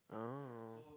oh